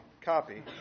copy